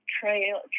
trail